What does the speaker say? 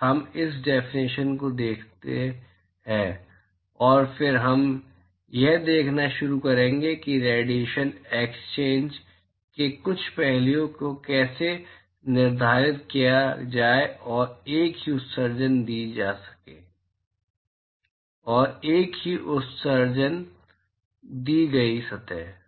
हम इस डेफिनेशन को देखते हैं और फिर हम यह देखना शुरू करेंगे कि रेडिएशन एक्सचेंज के कुछ पहलुओं को कैसे निर्धारित किया जाए और एक से उत्सर्जन दी गई सतह